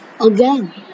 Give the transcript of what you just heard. again